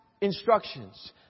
instructions